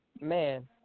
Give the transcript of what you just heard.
Man